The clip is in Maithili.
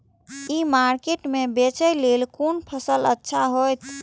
ई मार्केट में बेचेक लेल कोन फसल अच्छा होयत?